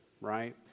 right